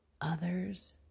others